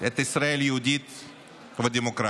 את ישראל היהודית והדמוקרטית.